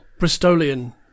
Bristolian